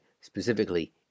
specifically